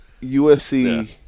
USC